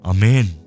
Amen